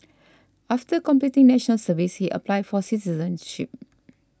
after completing National Service he applied for citizenship